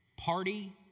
party